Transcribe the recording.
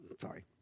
sorry